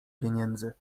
pieniędzy